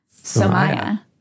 Samaya